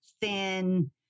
thin